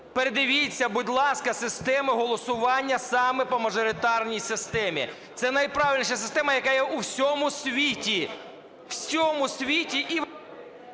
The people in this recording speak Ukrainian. передивіться, будь ласка, систему голосування саме по мажоритарній системі. Це найправильніша система, яка є у всьому світі, всьому світі і…